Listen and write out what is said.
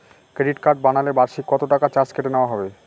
Credit card বানালে বার্ষিক কত টাকা চার্জ কেটে নেওয়া হবে?